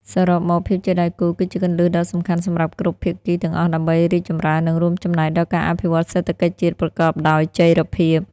សរុបមក ភាពជាដៃគូនេះគឺជាគន្លឹះដ៏សំខាន់សម្រាប់គ្រប់ភាគីទាំងអស់ដើម្បីរីកចម្រើននិងរួមចំណែកដល់ការអភិវឌ្ឍន៍សេដ្ឋកិច្ចជាតិប្រកបដោយចីរភាព។